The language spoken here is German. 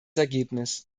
ergebnis